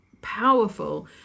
powerful